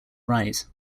right